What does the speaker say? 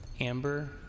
Amber